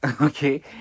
Okay